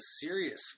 serious